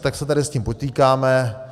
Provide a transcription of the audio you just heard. Tak se tady s tím potýkáme.